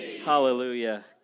Hallelujah